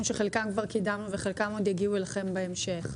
שאת חלקם כבר קידמנו וחלקם עוד יגיעו אליכם בהמשך.